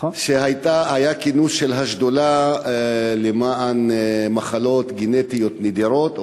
היה כינוס של השדולה להתמודדות עם מחלות גנטיות נדירות,